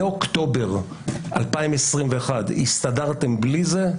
מאוקטובר 2021 הסתדרתם בלי זה,